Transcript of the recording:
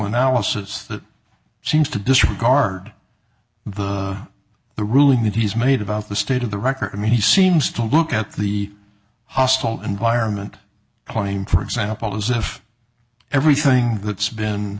analysis that seems to disregard the the ruling that he's made about the state of the record i mean he seems to look at the hostile environment claim for example as if everything that's been